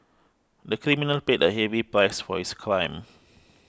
the criminal paid a heavy price for his crime